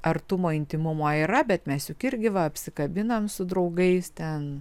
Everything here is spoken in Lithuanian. artumo intymumo yra bet mes juk irgi va apsikabinam su draugais ten